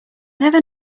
never